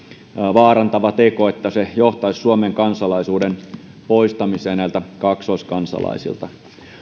vaarantava teko että se johtaisi suomen kansalaisuuden poistamiseen kaksoiskansalaisilta